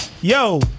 yo